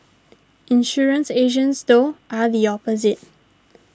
insurance agents though are the opposite